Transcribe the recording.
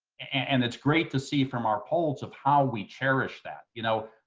and it's great to see from our polls of how we cherish that. you know,